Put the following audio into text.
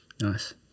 Nice